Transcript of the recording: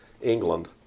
England